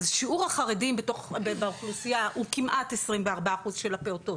אז שיעור החרדים באוכלוסייה הוא כמעט 24 אחוז של הפעוטות,